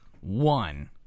One